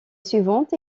suivante